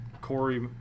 Corey